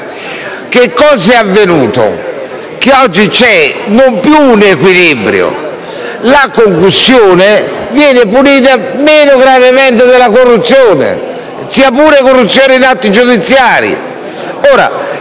Che cosa è avvenuto? Che oggi non c'è più un equilibrio: la concussione viene punita meno gravemente della corruzione, sia pure della corruzione in atti giudiziari.